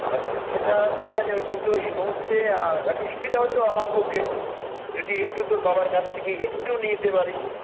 আচ্ছা সেটা দেখা যাবে কিন্তু এই মুহূর্তে একটু সুবিধা হতো আমার পক্ষে যদি একটু তোর বাবার কাছ থেকে একটু নিতে পারিস